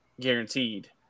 Guaranteed